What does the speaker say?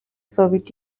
soviet